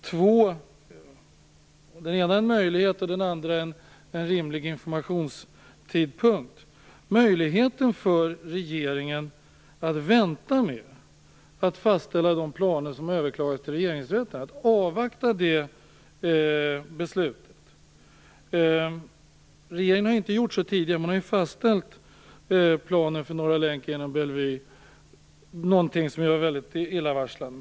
Det ena gäller en möjlighet, och det andra gäller en rimlig informationstidpunkt. Jag tänker då först på möjligheten för regeringen att vänta med att fastställa de planer som har överklagats till Regeringsrätten, att avvakta det beslutet. Regeringen har ju inte gjort så tidigare. Man har ju fastställt planen för Norra länken genom Bellevue, någonting som är väldigt illavarslande.